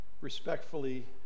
respectfully